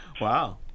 Wow